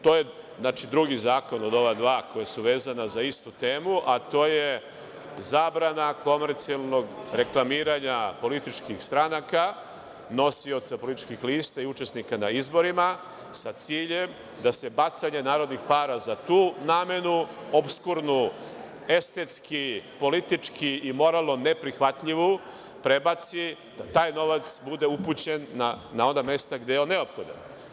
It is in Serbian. To je drugi zakon od ova dva koja su vezana za istu temu, a to je zabrana komercijalnog reklamiranja političkih stranaka, nosioca političkih lista i učesnika na izborima sa ciljem da se bacanje narodnih para za tu namenu, opskurnu, estetski i politički i moralno neprihvatljivu prebaci i da taj novac bude upućen na ona mesta gde je on neophodan.